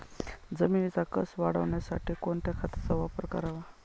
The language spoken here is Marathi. जमिनीचा कसं वाढवण्यासाठी कोणत्या खताचा वापर करावा?